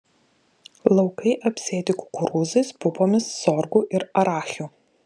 laukai apsėti kukurūzais pupomis sorgu ir arachiu